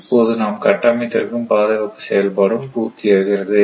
இப்போது நாம் கட்டமைத்திருக்கும் பாதுகாப்பு செயல்பாடும் பூர்த்தியாகிறது